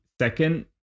second